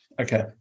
Okay